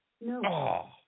No